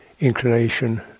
inclination